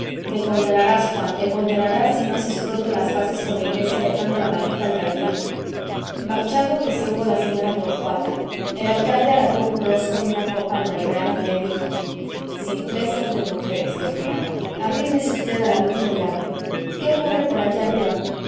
te condenarás juan te condenarás si no haces pronto las paces con la iglesia dejando la maldita alcaldía marchado que se hubo la seña torcuata el alcalde alargó un rosco y una copa al mayoral y le dijo simplezas de mujeres tío jenaro arrímese usted a la lumbre y hable qué ocurre por allá arriba